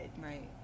Right